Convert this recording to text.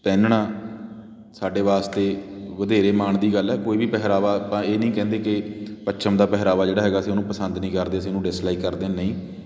ਪਹਿਨਣਾ ਸਾਡੇ ਵਾਸਤੇ ਵਧੇਰੇ ਮਾਣ ਦੀ ਗੱਲ ਹੈ ਕੋਈ ਵੀ ਪਹਿਰਾਵਾ ਆਪਾਂ ਇਹ ਨਹੀਂ ਕਹਿੰਦੇ ਕਿ ਪੱਛਮ ਦਾ ਪਹਿਰਾਵਾ ਜਿਹੜਾ ਹੈਗਾ ਅਸੀਂ ਉਹਨੂੰ ਪਸੰਦ ਨਹੀਂ ਕਰਦੇ ਅਸੀਂ ਉਹਨੂੰ ਡਿਸਲਾਈਕ ਕਰਦੇ ਨਹੀਂ